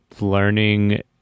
learning